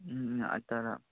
तर